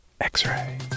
X-Ray